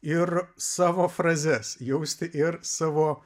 ir savo frazes jausti ir savo